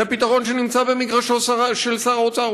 זה פתרון שנמצא במגרשו של שר האוצר,